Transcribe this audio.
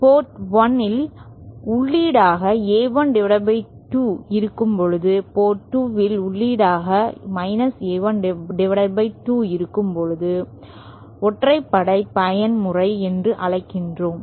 board 1 இல் உள்ளீடாக A12 இருக்கும்போது போர்ட் 2 இல் உள்ளீடாக A12 இருக்கும்போதும் ஒற்றைப்படை பயன்முறை என்று அழைக்கிறோம்